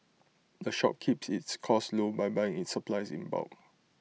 the shop keeps its costs low by buying its supplies in bulk